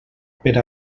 per